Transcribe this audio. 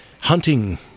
hunting